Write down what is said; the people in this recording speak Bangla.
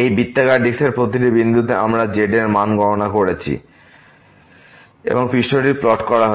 এই বৃত্তাকার ডিস্কের প্রতিটি বিন্দুতে আমরা z এর মান গণনা করেছি এবং পৃষ্ঠটি প্লট করা হয়েছে